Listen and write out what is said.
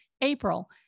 April